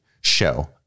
show